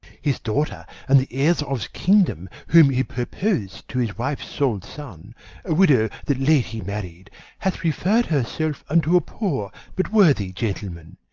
his daughter, and the heir of's kingdom, whom he purpos'd to his wife's sole son a widow that late he married hath referr'd herself unto a poor but worthy gentleman.